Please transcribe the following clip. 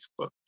Facebook